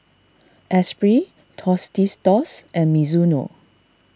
Esprit Tostitos and Mizuno